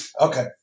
okay